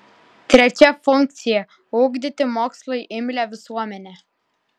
trečia funkcija ugdyti mokslui imlią visuomenę